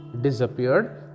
disappeared